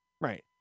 Right